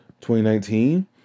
2019